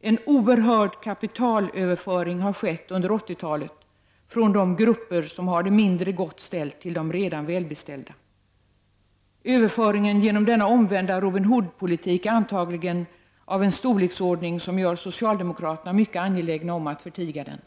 En oerhörd kapitalöverföring har skett under 80-talet från de grupper som har det mindre gott ställt till de redan välbeställda. Överföringen genom denna omvända Robin Hood-politik är antagligen av en storleksordning som gör socialdemokraterna mycket angelägna om att förtiga den.